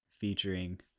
featuring